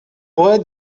where